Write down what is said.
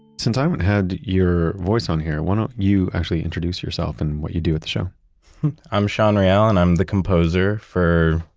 since i haven't had your voice on here, why don't you actually introduce yourself and what you do with the show i'm sean real. and i'm the composer for,